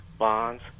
bonds